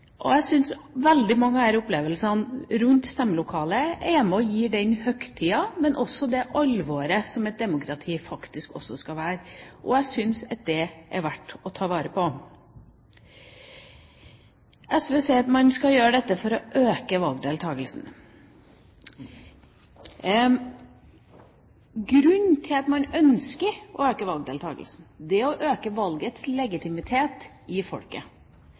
Jeg syns veldig mange av disse opplevelsene rundt stemmelokalet er med på å gi den høytida, men også det alvoret som et demokrati faktisk også skal være, og jeg syns at det er verdt å ta vare på. SV sier at man skal gjøre dette for å øke valgdeltakelsen. Grunnen til at man ønsker å øke valgdeltakelsen, er å øke valgets legitimitet i folket.